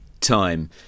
time